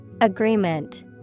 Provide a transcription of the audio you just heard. Agreement